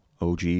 OG